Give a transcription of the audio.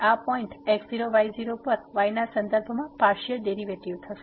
તેથી આ point x0 y0 પર y ના સંદર્ભમાં પાર્સીઅલ ડેરીવેટીવ થશે